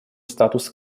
статус